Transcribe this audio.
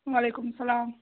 وعلیکُم سَلام